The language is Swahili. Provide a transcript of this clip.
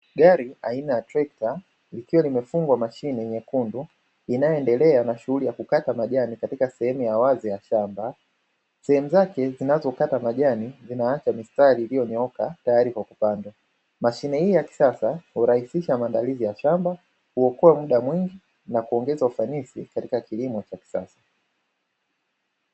Gari aina ya trekta likiwa limefungwa mashine nyekundu inayoendelea na shughuli ya kukata majani katika sehemu ya wazi ya shamba, sehemu zake zinazopata majani zinaacha mistari iliyonyooka tayari kwa kupandwa. Mashine hii ya kisasa hurahisisha maandalizi ya shamba, kuokoa muda mwingi na kuongeza ufanisi katika kilimo cha kisasa.